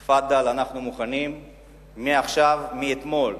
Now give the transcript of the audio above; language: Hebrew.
תפאדל, אנחנו מוכנים מעכשיו, מאתמול.